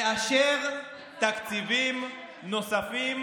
לאשר תקציבים נוספים